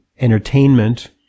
entertainment